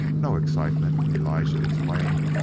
no excitement, elijah explained.